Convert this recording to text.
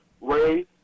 Ray